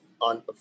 on